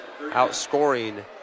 outscoring